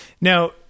Now